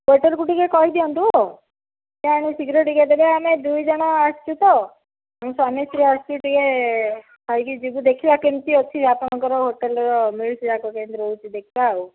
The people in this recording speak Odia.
ୱେଟର୍କୁ ଟିକେ କହିଦିଅନ୍ତୁ ସିଏ ଆଣି ଶୀଘ୍ର ଟିକେ ଦେବେ ଆମେ ଦୁଇ ଜଣ ଆସିଛୁ ତ ଆମେ ସ୍ଵାମୀ ସ୍ତ୍ରୀ ଆସିଛୁ ଟିକେ ଖାଇକି ଯିବୁ ଦେଖିବା କେମତି ଅଛି ଆପଣଙ୍କର ହୋଟେଲ୍ର ମିଲସ୍ ଯାକ କେମିତି ରହୁଛି ଦେଖିବା ଆଉ